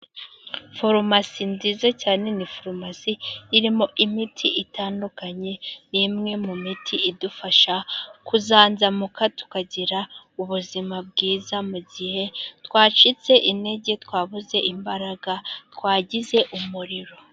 Farumasi nziza cyane ni farumasi irimo imiti itandukanye. Imwe mu miti idufasha kuzanzamuka tukagira ubuzima bwiza mu gihe twacitse intege, twabuze imbaraga, twagize umuriro.